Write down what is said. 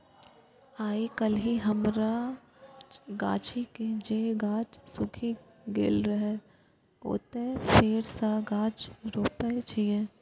आइकाल्हि हमरा गाछी के जे गाछ सूखि गेल रहै, ओतय फेर सं गाछ रोपै छियै